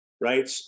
Right